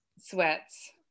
sweats